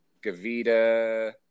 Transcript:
Gavita